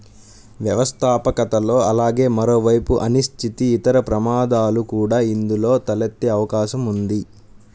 వ్యవస్థాపకతలో అలాగే మరోవైపు అనిశ్చితి, ఇతర ప్రమాదాలు కూడా ఇందులో తలెత్తే అవకాశం ఉంది